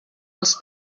als